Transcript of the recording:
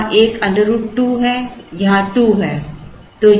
यहां एक √2 है यहां 2 है